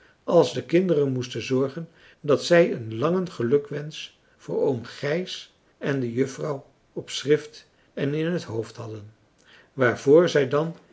als de kinderen moesten zorgen dat zij een langen gelukwensch voor oom gijs en de juffrouw op schrift en in het hoofd hadden waarvoor zij dan